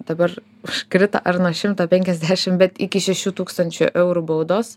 dabar užkrito ar nuo šimto penkiasdešim bet iki šešių tūkstančių eurų baudos